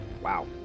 wow